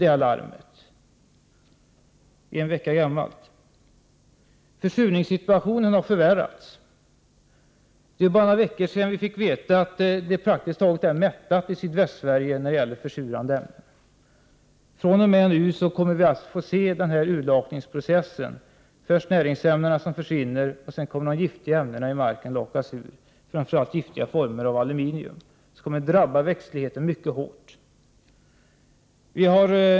Det larmet är en vecka gammalt, alltså är det nytt. Försurningssituationen har förvärrats. Det är bara några veckor sedan vi fick veta att Sydvästsverige praktiskt taget är mättat när det gäller försurande ämnen. Från och med nu kommer vi att kunna se den urlakningsprocess som innebär att näringsämnena försvinner först. Därefter kommer de giftiga ämnena i marken, framför allt giftiga former av aluminium. Detta kommer att drabba växtligheten mycket hårt.